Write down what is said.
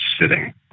sitting